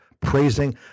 praising